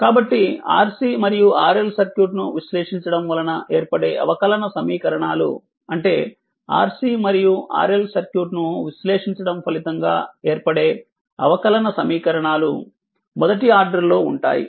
కాబట్టి RC మరియు RL సర్క్యూట్ను విశ్లేషించడం వలన ఏర్పడే అవకలన సమీకరణాలు అంటే RC మరియు RL సర్క్యూట్ ను విశ్లేషించటం ఫలితంగా ఏర్పడే అవకలన సమీకరణాలు మొదటి ఆర్డర్ లో ఉంటాయి